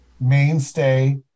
mainstay